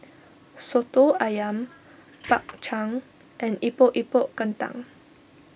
Soto Ayam Bak Chang and Epok Epok Kentang